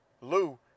Lou